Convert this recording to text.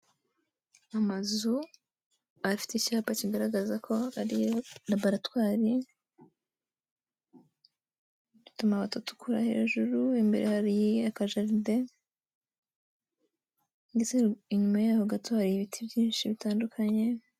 Amazu afite icyapa kigaragaza ko ari laboratwari, afite amabati atukura hejuru, imbere hari akajaride, ndetse inyuma yaho gato hari ibiti byinshi bitandukanye.